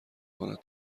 کند